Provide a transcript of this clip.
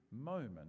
moment